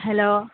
hello